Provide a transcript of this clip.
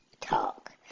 talk